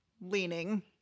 leaning